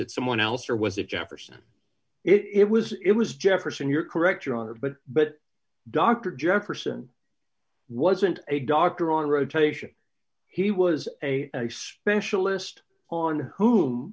it someone else or was it jefferson it was it was jefferson you're correct your honor but but dr jefferson wasn't a doctor on rotation he was a specialist on who